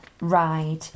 ride